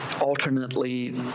alternately